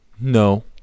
No